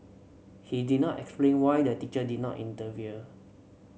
he did not explain why the teacher did not intervene